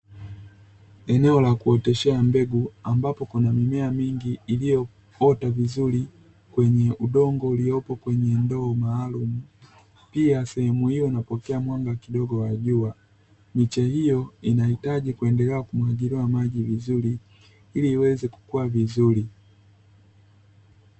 Eneo la kuoteshea mbegu, ambapo kuna mimea mingi iliyoota vizuri kwenye udongo uliopo kwenye ndoo maalumu. Pia sehemu hiyo inapokea mwanga kidogo wa jua. Miche hiyo inahitaji kuendelea kumwagiliwa maji vizuri ili iweze kukua vizuri.